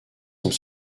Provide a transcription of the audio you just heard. sont